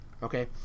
Okay